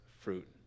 fruit